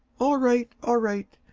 all right, all right!